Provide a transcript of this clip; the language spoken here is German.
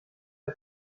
der